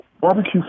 barbecue